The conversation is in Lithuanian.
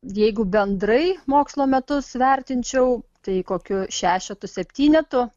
jeigu bendrai mokslo metus vertinčiau tai kokiu šešetu septynetu